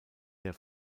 der